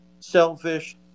selfish